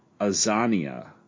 Azania